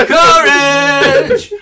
courage